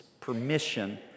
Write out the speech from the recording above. permission